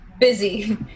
busy